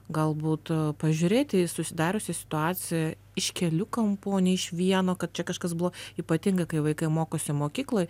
gal būt pažiūrėt į susidariusią situaciją iš kelių kampų o ne iš vieno kad čia kažkas buvo ypatingai kai vaikai mokosi mokykloj